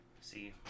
See